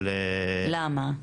למה?